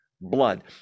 blood